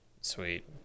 Sweet